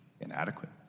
inadequate